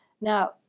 Now